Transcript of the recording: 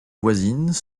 voisines